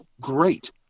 great